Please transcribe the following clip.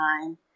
time